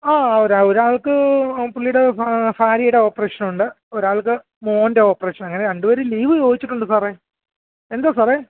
ആ ആ ഒരാൾക്ക് പുള്ളിയുടെ ഭാര്യയുടെ ഓപ്പറേഷനുണ്ട് ഒരാൾക്ക് മോൻറ്റെ ഓപ്പറേഷൻ അങ്ങനെ രണ്ട് പേര് ലീവ് ചോദിച്ചിട്ടുണ്ട് സാറേ എന്താ സാറേ